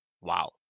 Wow